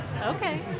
Okay